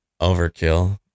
Overkill